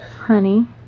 Honey